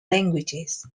languages